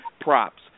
props